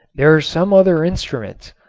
there are some other instruments,